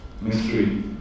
mystery